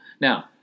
Now